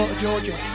Georgia